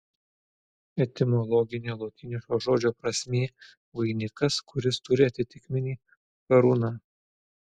etimologinė lotyniško žodžio prasmė vainikas kuris turi atitikmenį karūna